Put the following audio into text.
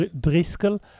Driscoll